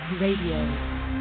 Radio